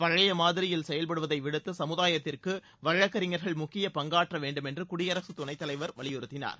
பழையமாதிரியில் செயல்படுவதை விடுத்து சமுதாயத்திற்கு வழக்கறிஞர்கள் முக்கிய பங்காற்ற வேண்டுமென்று குடியரசுத் துணைத் தலைவர் வலியுறுத்தினார்